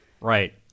Right